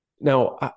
Now